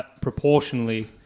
proportionally